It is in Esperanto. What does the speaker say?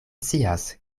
scias